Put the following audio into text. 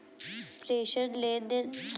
प्रेषण लेनदेन क्या है?